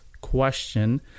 question